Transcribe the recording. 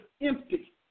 empty